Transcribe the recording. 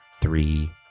three